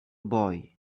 boy